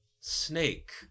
snake